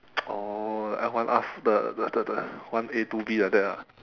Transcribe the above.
oh L one R the the the one A two B like that ah